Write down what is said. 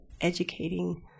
educating